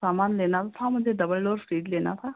हाँ मैम लेना तो था मुझे डबल डोर फ्रिज़ लेना था